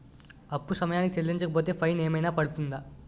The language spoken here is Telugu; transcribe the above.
అప్పు సమయానికి చెల్లించకపోతే ఫైన్ ఏమైనా పడ్తుంద?